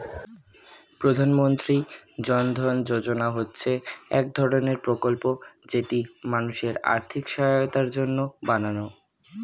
প্রধানমন্ত্রী জন ধন যোজনা হচ্ছে এক ধরণের প্রকল্প যেটি মানুষের আর্থিক সহায়তার জন্য বানানো